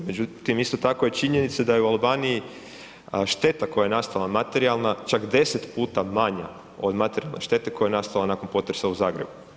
Međutim, isto tako je činjenica da je u Albaniji šteta koja je nastala materijalna čak 10 puta manja od štete koja je nastala nakon potresa u Zagrebu.